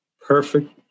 perfect